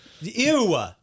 ew